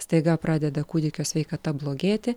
staiga pradeda kūdikio sveikata blogėti